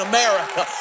America